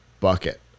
bucket